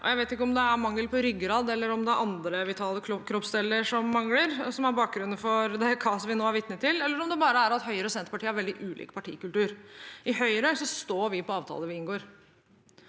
Jeg vet ikke om det er ryggrad eller andre vitale kroppsdeler som mangler, og som er bakgrunnen for det kaoset vi nå er vitne til, eller om det bare er at Høyre og Senterpartiet har veldig ulik partikultur. I Høyre står vi på avtaler vi inngår,